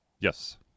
Yes